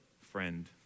friend